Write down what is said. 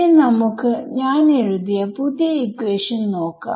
ഇനി നമുക്ക് ഞാൻ എഴുതിയ പുതിയ ഇക്വേഷൻ നോക്കാം